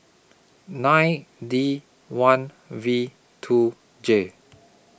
nine D one V two J